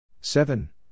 Seven